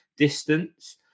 Distance